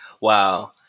Wow